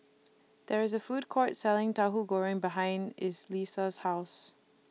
There IS A Food Court Selling Tauhu Goreng behind House